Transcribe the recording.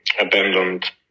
abandoned